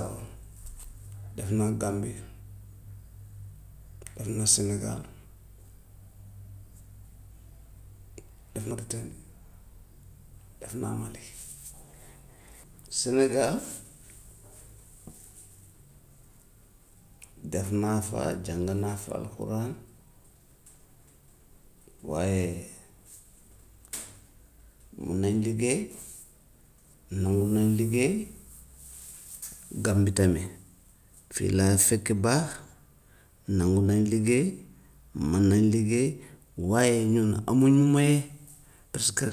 Waaw def naa gambie, def naa sénégal, def mauritanie, def naa mali. Sénégal def naa fa jàng naa fa alxuraan waaye mun nañ liggéey, nangu nañ liggéey. Gambie tamit fii laa fekk baax, nangu nañ liggéey, mën nañ liggéey, waaye ñun amuñu moyen, parce que